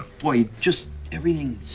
boy. just everything.